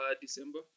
December